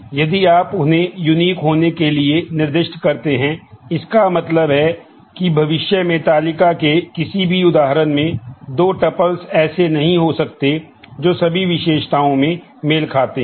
तो नाट नल ऐसे नहीं हो सकते जो सभी विशेषताओं में मेल खाते हों